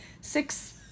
six